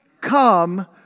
come